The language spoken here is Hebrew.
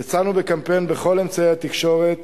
יצאנו בקמפיין בכל אמצעי התקשורת